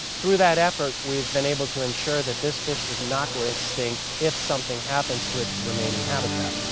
through that effort we've been able to ensure that this fish does not go extinct, if something happens to its remaining habitat.